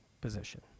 position